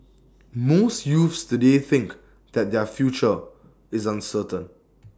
most youths today think that their future is uncertain